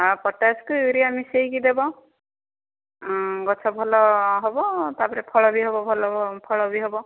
ହଁ ପଟାସକୁ ୟୁରିଆ ମିଶେଇକି ଦେବ ଗଛ ଭଲ ହେବ ତା'ପରେ ଫଳ ବି ହେବ ଭଲ ଫଳ ବି ହେବ